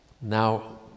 now